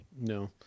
No